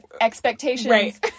expectations